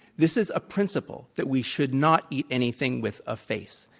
this is a principle that we should not eat anything with a face.